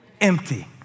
empty